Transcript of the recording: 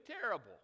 terrible